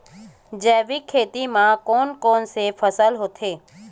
जैविक खेती म कोन कोन से फसल होथे?